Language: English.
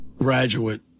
graduate